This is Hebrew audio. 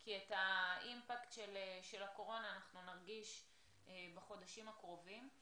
כי את האימפקט של הקורונה אנחנו נרגיש בחודשים הקרובים,